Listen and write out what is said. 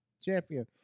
champion